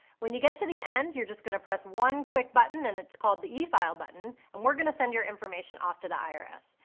when you get to the end you're just gonna press one quick button and it's called the efile button, and we're gonna send your information off to the irs.